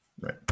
Right